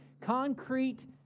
Concrete